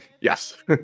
Yes